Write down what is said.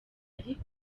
ariko